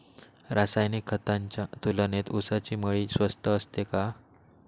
रासायनिक खतांच्या तुलनेत ऊसाची मळी स्वस्त असते का?